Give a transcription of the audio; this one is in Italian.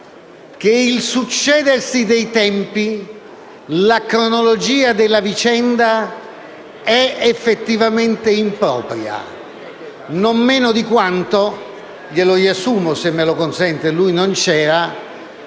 che la successione dei tempi, ovvero la cronologia della vicenda è effettivamente impropria, non meno di quanto - glielo riassumo, se me lo consente, perché lui non c'era